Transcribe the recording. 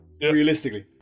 Realistically